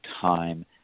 time